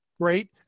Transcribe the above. great